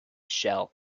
shell